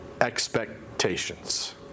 expectations